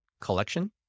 collection